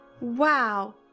Wow